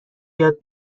یاد